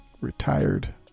retired